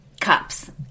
cups